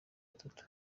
atatu